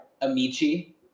Amici